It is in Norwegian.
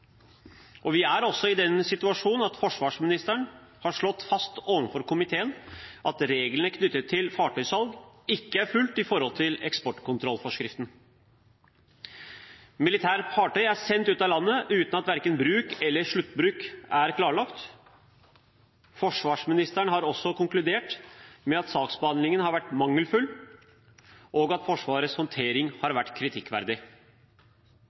Stortinget. Vi er også i den situasjon at forsvarsministeren har slått fast overfor komiteen at reglene i eksportkontrollforskriften knyttet til fartøysalg, ikke er fulgt. Militære fartøy er sendt ut av landet uten at verken bruk eller sluttbruk er klarlagt. Forsvarsministeren har også konkludert med at saksbehandlingen har vært mangelfull, og at Forsvarets håndtering har vært kritikkverdig.